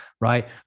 right